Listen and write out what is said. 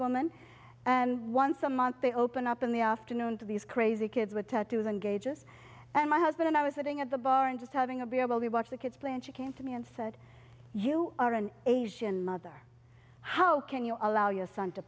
woman and once a month they open up in the afternoon to these crazy kids with tattoos and gauges and my husband and i was sitting at the bar and just having a be able to watch the kids play and she came to me and said you are an asian mother how can you allow your son to